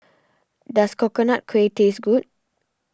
does Coconut Kuih taste good